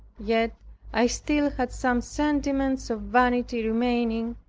yet i still had some sentiments of vanity remaining,